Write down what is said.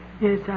Yes